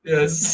Yes